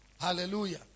Hallelujah